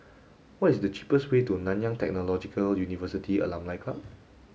what is the cheapest way to Nanyang Technological University Alumni Club